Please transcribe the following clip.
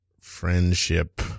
Friendship